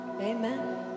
Amen